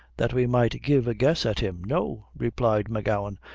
that we might give a guess at him? no, replied m'gowan,